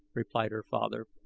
replied her father.